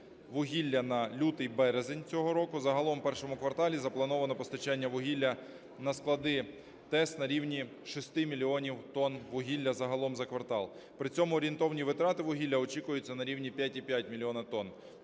вугілля на лютий-березень цього року. Загалом в І кварталі заплановано постачання вугілля на склади ТЕС на рівні 6 мільйонів тонн вугілля загалом за квартал, при цьому орієнтовні витрати вугілля очікуються на рівні 5,5 мільйона